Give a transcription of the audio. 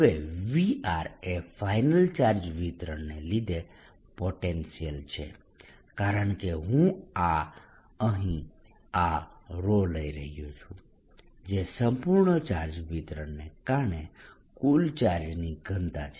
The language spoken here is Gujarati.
હવે V એ ફાઇનલ ચાર્જ વિતરણને લીધે પોટેન્શિયલ છે કારણ કે હું આ અહીં આ લઈ રહ્યો છું જે સંપૂર્ણ ચાર્જ વિતરણને કારણે કુલ ચાર્જની ઘનતા છે